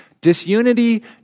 Disunity